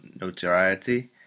notoriety